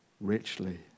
richly